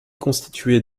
constituée